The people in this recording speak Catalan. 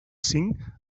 cinc